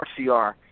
RCR